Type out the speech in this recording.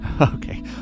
Okay